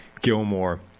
Gilmore